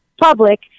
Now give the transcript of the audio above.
public